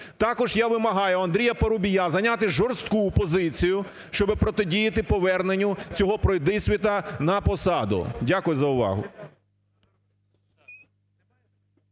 Також я вимагаю у Андрія Парубія зайняти жорстку позицію, щоб протидіяти поверненню цього пройдисвіта на посаду. Дякую за увагу.